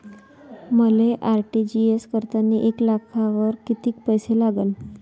मले आर.टी.जी.एस करतांनी एक लाखावर कितीक पैसे लागन?